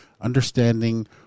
Understanding